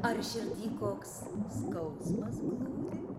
ar širdy koks skausmas glūdi